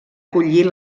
acollir